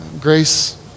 Grace